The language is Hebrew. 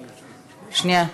שנייה.